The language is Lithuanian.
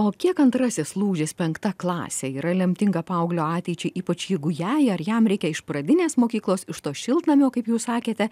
o kiek antrasis lūžis penkta klasė yra lemtinga paauglio ateičiai ypač jeigu jai ar jam reikia iš pradinės mokyklos iš to šiltnamio kaip jūs sakėte